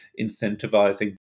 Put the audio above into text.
incentivizing